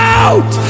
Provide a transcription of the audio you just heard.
out